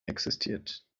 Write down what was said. existiert